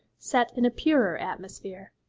set in a purer atmosphere.